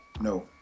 no